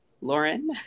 lauren